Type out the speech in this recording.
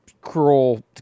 cruel